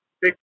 big